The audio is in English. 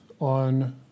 on